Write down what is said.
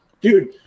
dude